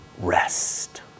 rest